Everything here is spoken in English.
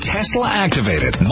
Tesla-activated